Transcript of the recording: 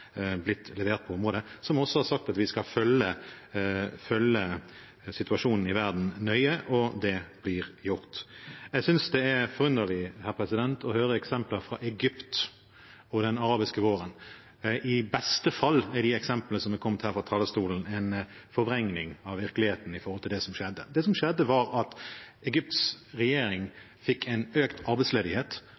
blitt levert på området, der man også har sagt at vi skal følge situasjonen i verden nøye. Og det blir gjort. Jeg synes det er forunderlig å høre eksempler fra Egypt og den arabiske våren. I beste fall er de eksemplene som er kommet fra talerstolen, en forvrengning av virkeligheten i forhold til det som skjedde. Det som skjedde, var at Egypt fikk økt arbeidsledighet.